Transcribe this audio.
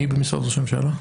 מי במשרד ראש הממשלה?